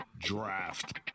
draft